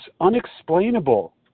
unexplainable